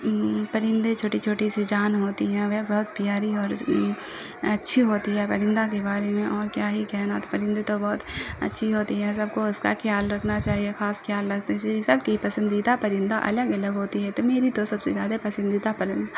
پرندے چھوٹی چھوٹی سی جان ہوتی ہیں وہ بہت پیاری اور اچھی ہوتی ہے پرندہ کے بارے میں اور کیا ہی کہنا پرندے تو بہت اچھی ہوتی ہے سب کو اس کا خیال رکھنا چاہیے خاص خیال رکھنا چاہیے سب کی پسندیدہ پرندہ الگ الگ ہوتی ہے تو میری تو سب سے زیادہ پسندیدہ پرندہ